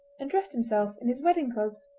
and dressed himself in his wedding clothes.